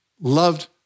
loved